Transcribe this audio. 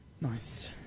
Nice